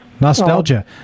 Nostalgia